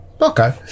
Okay